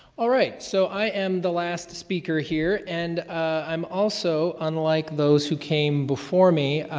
all right, so i am the last speaker here and i'm also unlike those who came before me,